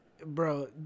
bro